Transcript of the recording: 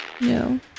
No